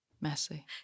Messy